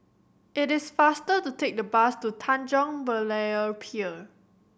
it is faster to take the bus to Tanjong Berlayer Pier